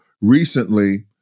recently